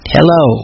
Hello